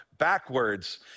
Backwards